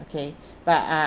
okay but uh